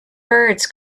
birds